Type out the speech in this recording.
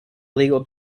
legal